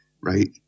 Right